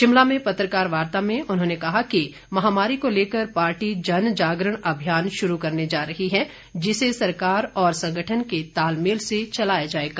शिमला में पत्रकार वार्ता में उन्होंने कहा कि महामारी को लेकर पार्टी जन जागरण अभियान शुरू करने जा रही है जिसे सरकार और संगठन के तालमेल से चलाया जाएगा